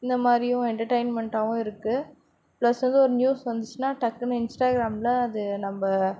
இந்த மாதிரியும் என்டர்டைன்மெண்ட்டாகவும் இருக்கு ப்ளஸ் ஏதோ ஒரு நியூஸ் வந்துச்சுனா டக்குனு இன்ஸ்டாகிராமில் அது நம்ம